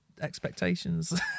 expectations